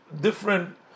different